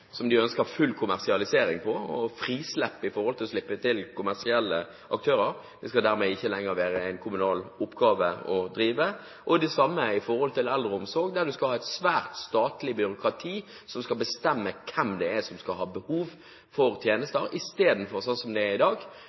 som de ønsker full kommersialisering av og frislipp når det gjelder å slippe til kommersielle aktører, og som dermed ikke lenger skal være en kommunal oppgave å drive. Det samme gjelder for eldreomsorg, der de skal ha et svært statlig byråkrati som skal bestemme hvem det er som skal ha behov for tjenester, istedenfor sånn som det er i dag,